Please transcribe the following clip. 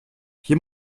hier